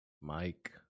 Mike